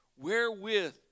wherewith